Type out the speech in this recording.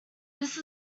this